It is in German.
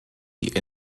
die